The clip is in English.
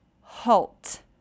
HALT